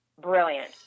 brilliant